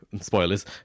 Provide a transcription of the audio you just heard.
Spoilers